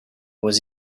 was